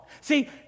See